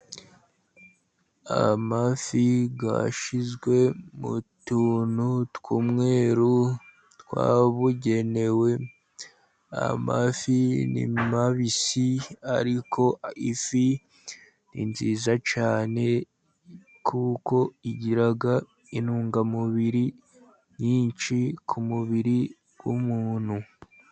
Amafi yashyizwe mu tuntu tw'umweru twabugenewe . Amafi mabisi, ni meza cyane, kuko , agira intungamubiri nyinshi mu mubiri w'umuntu.